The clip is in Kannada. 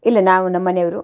ಇಲ್ಲ ನಾವು ನಮ್ಮನೇವ್ರು